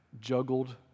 juggled